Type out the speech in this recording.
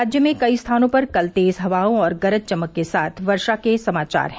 राज्य में कई स्थानों पर कल तेज हवाओं और गरज चमक के साथ वर्षा के समाचार हैं